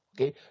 okay